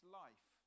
life